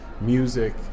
music